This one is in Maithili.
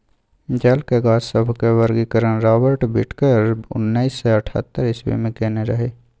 जलक गाछ सभक वर्गीकरण राबर्ट बिटकर उन्नैस सय अठहत्तर इस्वी मे केने रहय